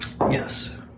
yes